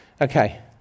okay